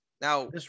now